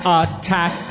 attack